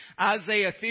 Isaiah